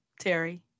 Terry